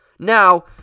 Now